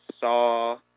saw